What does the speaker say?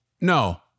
no